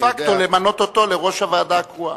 דה-פקטו למנות אותו לראש הוועדה הקרואה.